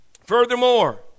Furthermore